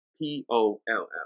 p-o-l-l